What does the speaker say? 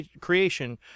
creation